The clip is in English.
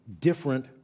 different